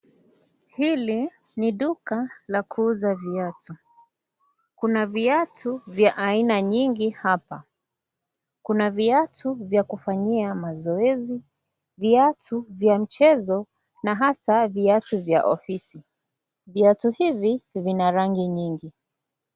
Hili ni duka la kuuza viatu. Kuna viatu vya aina nyingi hapa. Kuna viatu vyakufanyia mazoezi, viatu vya mchezo na hata viatu vya ofisi. Viatu hivi vina rangi nyingi.